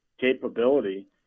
capability